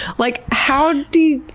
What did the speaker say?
like, how do you,